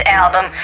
album